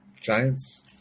Giants